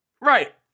Right